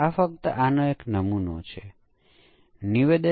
તેથી ફક્ત એક નજર જુઓ